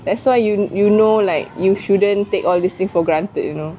that's why you you know like you shouldn't take all these thing for granted you know